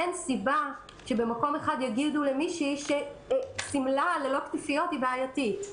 אין סיבה שבמקום אחד יגידו למישהי ששמלה ללא כתפיות היא בעייתית.